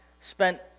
spent